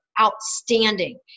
outstanding